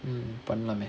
mm பண்லாமே:panlaamae